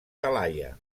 talaia